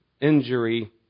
injury